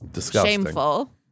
shameful